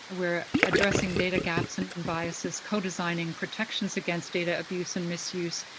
ah we're addressing data gaps and and biases, co-designing protections against data abuse and misuse,